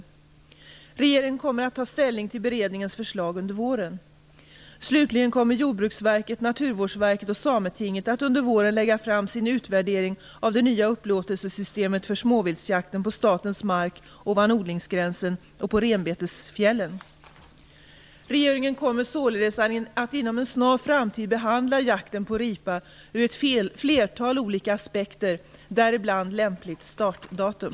Regeringen kommer att ta ställning till beredningens förslag under våren. Slutligen kommer Jordbruksverket, Naturvårdsverket och Sametinget att under våren lägga fram sin utvärdering av det nya upplåtelsesystemet för småviltsjakten på statens mark ovanför odlingsgränsen och på renbetesfjällen. Regeringen kommer således att inom en snar framtid behandla jakten på ripa ur ett flertal olika aspekter, däribland lämpligt startdatum.